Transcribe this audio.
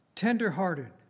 tenderhearted